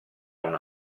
una